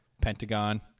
pentagon